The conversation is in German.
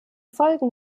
folgen